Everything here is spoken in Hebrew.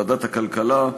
בוועדת הכלכלה,